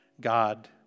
God